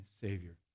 Savior